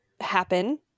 happen